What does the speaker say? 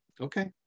Okay